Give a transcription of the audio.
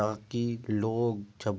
تاکہ لوگ جب